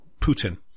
Putin